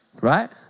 Right